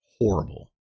horrible